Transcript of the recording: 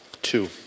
Two